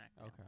Okay